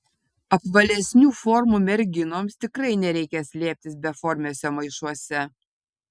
apvalesnių formų merginoms tikrai nereikia slėptis beformiuose maišuose